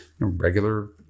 regular